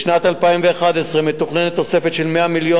בשנת 2011 מתוכננת תוספת של 100 מיליון